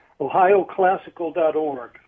OhioClassical.org